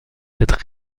cette